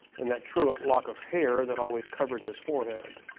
and that truant lock of hair that always covered his forehead,